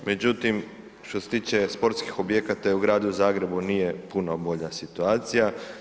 Međutim, što se tiče sportskih objekata i u Gradu Zagrebu nije puno bolja situacija.